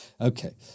Okay